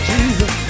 Jesus